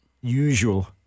usual